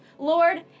Lord